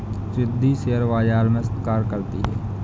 Riddhi share बाजार में कार्य करती है